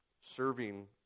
serving